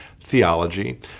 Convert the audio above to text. theology